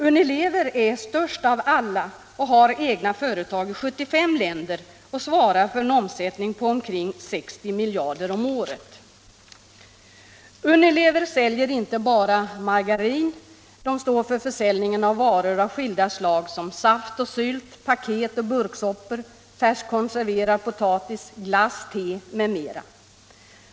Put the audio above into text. Unilever är störst av alla, har egna företag i 75 länder och svarar för en omsättning på omkring 60 miljarder om året. Unilever säljer inte bara margarin. Man står för försäljningen av varor av skilda slag som saft och sylt, paket och burksoppor, färsk konserverad potatis, glass, te m.m.